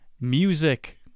Music